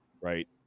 right